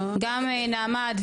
גם נעמ"ת,